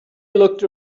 looked